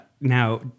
Now